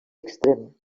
extrem